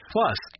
Plus